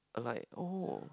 alight oh